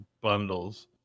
bundles